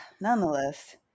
Nonetheless